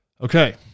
Okay